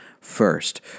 First